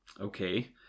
Okay